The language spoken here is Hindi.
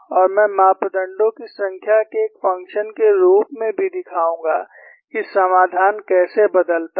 और मैं मापदंडों की संख्या के एक फ़ंक्शन के रूप में भी दिखाऊंगा कि समाधान कैसे बदलता है